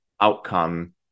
outcome